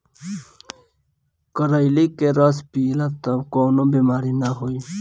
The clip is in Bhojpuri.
करइली के रस पीयब तअ कवनो बेमारी नाइ होई